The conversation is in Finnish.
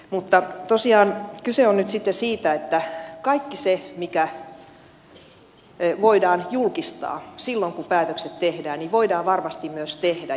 mutta tosiaan kyse on nyt sitten siitä että kaikki se mikä voidaan julkistaa silloin kun päätökset tehdään voidaan varmasti myös julkistaa